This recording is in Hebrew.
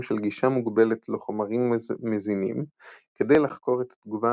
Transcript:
של גישה מוגבלת לחומרים מזינים כדי לחקור את התגובה